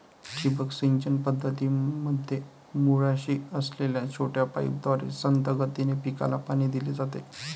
ठिबक सिंचन पद्धतीमध्ये मुळाशी असलेल्या छोट्या पाईपद्वारे संथ गतीने पिकाला पाणी दिले जाते